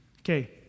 Okay